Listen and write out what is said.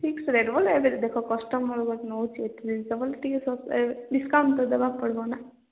fix rate ବୋଲେ ଏବେ ଦେଖ କଷ୍ଟମର୍ ଗୋଟେ ନେଉଛି ଏତେ ଜିନିଷ ବୋଲେ ଟିକେ ଶସ୍ତା ଡିସ୍କାଉଣ୍ଟ ତ ଦେବାକୁ ପଡ଼ିବ ନା